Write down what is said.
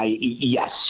Yes